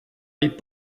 les